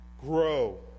Grow